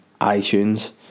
iTunes